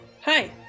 Hi